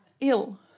Ill